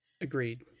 agreed